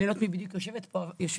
לא יודעת מי בדיוק יושבים פה,